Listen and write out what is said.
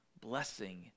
blessing